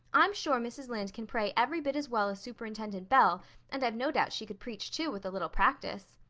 i'm sure mrs. lynde can pray every bit as well as superintendent bell and i've no doubt she could preach too with a little practice.